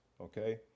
okay